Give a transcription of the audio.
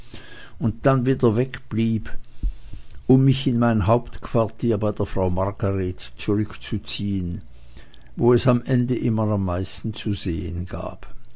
und dann wieder wegblieb um mich in mein hauptquartier bei der frau margret zurückzuziehen wo es am ende immer am meisten zu sehen gab